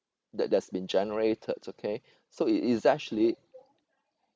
that that's been generated okay so it it's actually